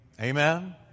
Amen